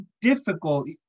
difficult